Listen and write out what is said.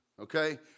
okay